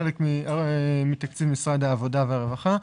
חלק מתקציב משרד העבודה והרווחה.